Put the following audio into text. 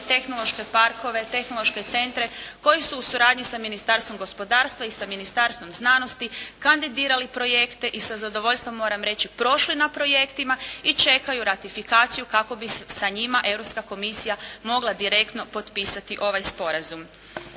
tehnološke parkove, tehnološke centre koji su u suradnji sa Ministarstvom gospodarstva i sa Ministarstvom znanosti kandidirali projekte i sa zadovoljstvom moram reći prošli na projektima i čekaju ratifikaciju kako bi sa njima Europska komisija mogla direktno potpisati ovaj sporazum.